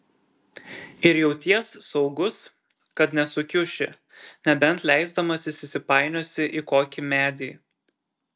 ir jauties saugus kad nesukiuši nebent leisdamasis įsipainiosi į kokį medį